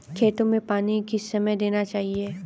खेतों में पानी किस समय देना चाहिए?